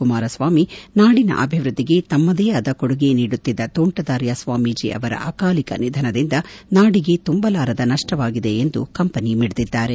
ಕುಮಾರಸ್ವಾಮಿ ನಾಡಿನ ಅಭಿವೃದ್ದಿಗೆ ತಮ್ಮದೇ ಆದ ಕೊಡುಗೆ ನೀಡುತ್ತಿದ್ದ ತೋಂಟದಾರ್ಯ ಸ್ವಾಮೀಜಿ ಅವರ ಅಕಾಲಿಕ ನಿಧನದಿಂದ ನಾಡಿಗೆ ತುಂಬಲಾರದ ನಷ್ವವಾಗಿದೆ ಎಂದು ಕಂಬನಿ ಮಿದಿದ್ದಾರೆ